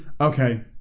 Okay